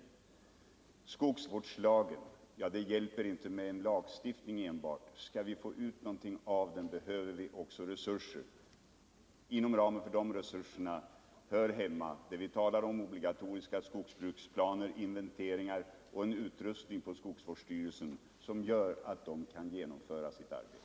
När det gäller skogsvårdslagen hjälper det inte med enbart en lagstiftning. Skall vi få ut någonting av den behöver vi också resurser. Till de resurserna hör det vi talar om — obligatoriska skogsbruksplaner, inventeringar och resurser på skogsvårdsstyrelserna som gör att de kan genomföra sitt arbete.